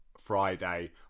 friday